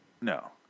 No